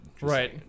Right